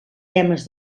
temes